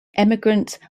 emigrant